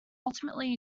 ultimately